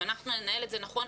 אם אנחנו ננהל את זה נכון,.